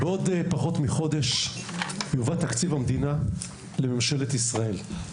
בעוד פחות מחודש יובא תקציב המדינה לממשלת ישראל.